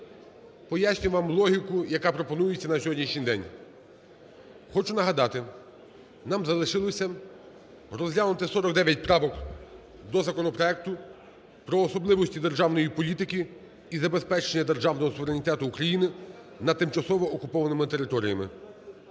пояснюю вам логіку, яка пропонується на сьогоднішній день. Хочу нагадати, нам залишилося розглянути 49 правок до законопроекту про особливості державної політики із забезпечення державного суверенітету України над тимчасово окупованими територіями.